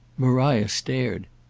maria stared.